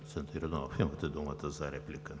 Йорданов, имате думата за реплика.